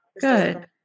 Good